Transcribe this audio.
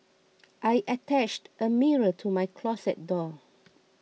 I attached a mirror to my closet door